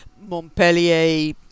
Montpellier